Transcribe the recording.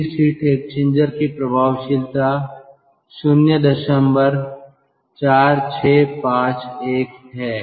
इस heat exchanger की प्रभावशीलता 04651 है